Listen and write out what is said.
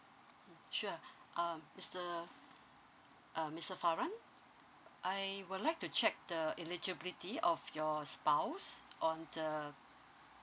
sure um mister uh mister faran I would like to check the eligibility of your spouse on the